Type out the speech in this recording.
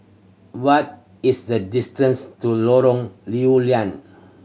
what is the distance to Lorong Lew Lian